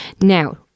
Now